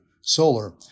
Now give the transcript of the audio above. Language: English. solar